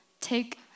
take